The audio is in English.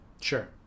Sure